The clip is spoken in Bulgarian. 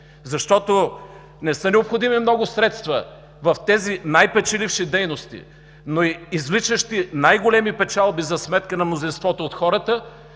защото не са необходими много средства в тези най печеливши дейности, но и извличащи най-големи печалби за сметка на мнозинството от хората,